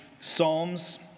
Psalms